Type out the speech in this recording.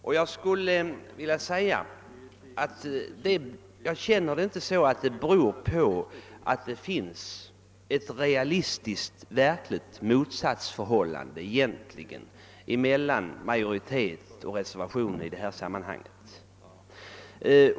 Det beror på att det egentligen inte finns ett realistiskt motsatsförhållande mellan utskottsmajoriteten och reservanterna i detta sammanhang.